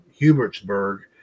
Hubertsburg